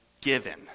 given